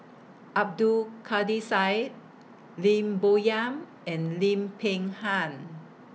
Abdul Kadir Syed Lim Bo Yam and Lim Peng Han